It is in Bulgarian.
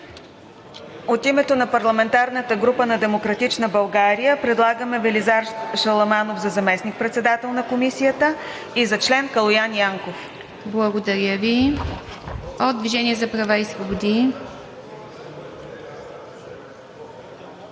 От името на парламентарната група на „Демократична България“ предлагаме Велизар Шаламанов за заместник-председател на Комисията и за член Калоян Янков. ПРЕДСЕДАТЕЛ ИВА МИТЕВА: Благодаря Ви. От „Движение за права и свободи“.